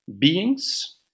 beings